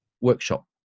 workshop